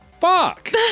Fuck